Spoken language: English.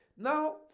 Now